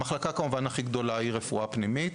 המחלקה הכי גדולה היא רפואה פנימית,